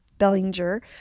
Bellinger